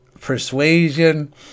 persuasion